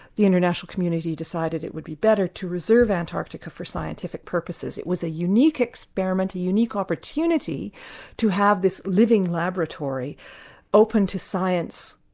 the international community decided it would be better to reserve antarctica for scientific purposes. it was a unique experiment, a unique opportunity to have this living laboratory open to science,